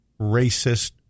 racist